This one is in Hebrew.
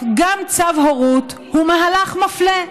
גם צו הורות הוא מהלך מפלה,